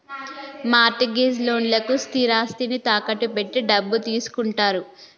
mart gauge లోన్లకు స్థిరాస్తిని తాకట్టు పెట్టి డబ్బు తీసుకుంటారు